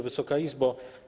Wysoka Izbo!